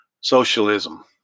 socialism